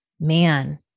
man